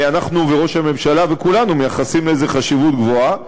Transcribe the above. אנחנו וראש הממשלה וכולנו מייחסים לזה חשיבות גבוהה.